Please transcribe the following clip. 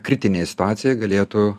kritinėj situacijoj galėtų